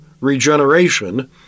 regeneration—